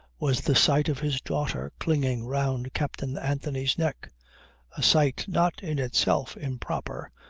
was the sight of his daughter clinging round captain anthony's neck a sight not in itself improper,